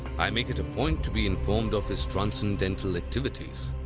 i make it a point to be informed of his transcendental activities.